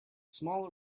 small